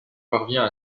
parvient